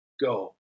go